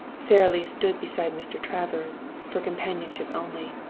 sara lee stood beside mr. travers, for companionship only.